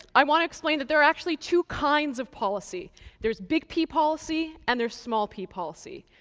i want to explain that there are actually two kinds of policy there's big p policy and there's small p policy.